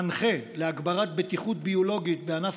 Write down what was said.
מנחה להגברת בטיחות ביולוגית בענף